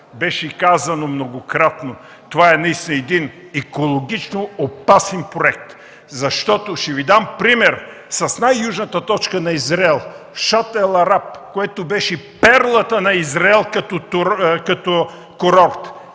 беше казано многократно, че това е екологично опасен проект. Ще Ви дам пример с най-южната точка на Израел – Шат-ел-Араб, което беше перлата на Израел като курорт.